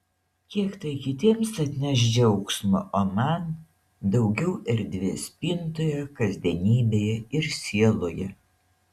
kiek tai kitiems atneš džiaugsmo o man daugiau erdvės spintoje kasdienybėje ir sieloje